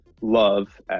love